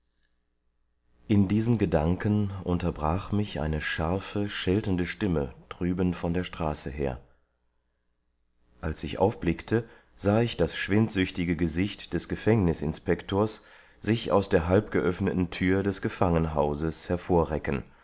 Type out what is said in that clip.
in diesen gedanken unterbrach mich eine scharfe scheltende stimme drüben von der straße her als ich aufblickte sah ich das schwindsüchtige gesicht des gefängnisinspektors sich aus der halbgeöffneten tür des gefangenhauses hervorrecken